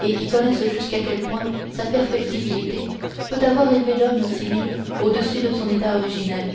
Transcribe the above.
et qui connaissent jusqu'à quel point sa perfectibilité peut avoir élevé l'homme civil au-dessus de son état originel